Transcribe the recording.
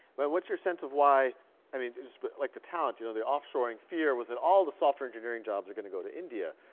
but what's you sense of why i mean like the talent, you know, the offshoring fear was that all the software engineering jobs were going to go to india.